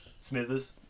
Smithers